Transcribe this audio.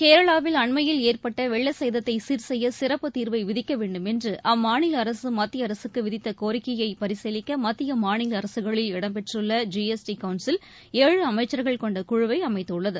கேரளாவில் அண்மையில் ஏற்பட்ட வெள்ளச்சேததை சீர் செய்ய சிறப்பு தீர்வை விதிக்க வேண்டும் என்று அம்மாநில அரசு மத்திய அரசுக்கு விதித்த கோரிக்கை பரிசீலிக்க மத்திய மாநில அரசுகளில் இடம்பெற்றுள்ள ஜி எஸ் டி கவுன்சில் ஏழு அமைச்சர்கள் கொண்ட குழுவை அமைத்துள்ளது